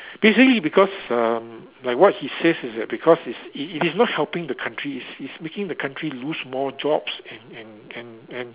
basically because um like what he says is that because is it is not helping the country is is making the country lose more jobs and and and and